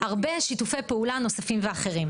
יש הרבה שיתופי פעולה נוספים אחרים.